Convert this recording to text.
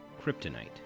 kryptonite